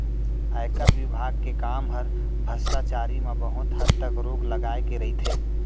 आयकर विभाग के काम हर भस्टाचारी म बहुत हद तक रोक लगाए के रइथे